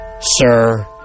sir